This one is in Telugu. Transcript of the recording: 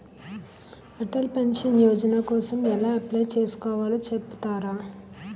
అటల్ పెన్షన్ యోజన కోసం ఎలా అప్లయ్ చేసుకోవాలో చెపుతారా?